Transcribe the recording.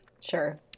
Sure